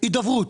הידברות.